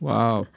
Wow